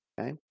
Okay